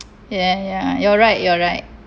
ya ya you're right you're right